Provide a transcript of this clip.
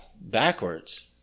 backwards